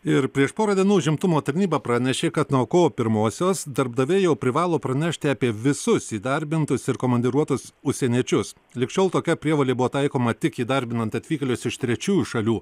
ir prieš porą dienų užimtumo tarnyba pranešė kad nuo kovo pirmosios darbdaviai jau privalo pranešti apie visus įdarbintus ir komandiruotus užsieniečius lig šiol tokia prievolė buvo taikoma tik įdarbinant atvykėlius iš trečiųjų šalių